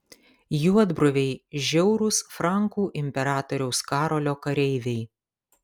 juodbruviai žiaurūs frankų imperatoriaus karolio kareiviai